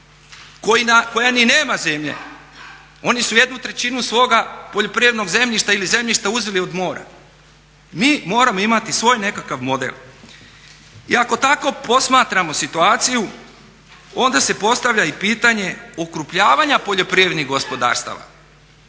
koja ni nema zemlje. Oni su jednu trećinu svoga poljoprivrednog zemljišta ili zemljišta uzeli od mora. Mi moramo imati svoj nekakav model. I ako tako posmatramo situaciju onda se postavlja i pitanje okrupnjavanja poljoprivrednih gospodarstava